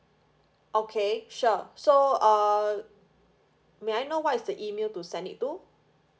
okay sure so uh may I know what is the email to send it to